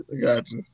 gotcha